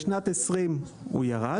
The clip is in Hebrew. בשנת 2020 הוא ירד.